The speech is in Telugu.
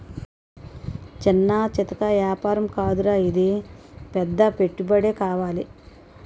చిన్నా చితకా ఏపారం కాదురా ఇది పెద్ద పెట్టుబడే కావాలి